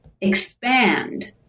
expand